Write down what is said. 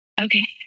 Okay